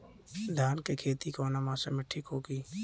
धान के खेती कौना मौसम में ठीक होकी?